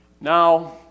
Now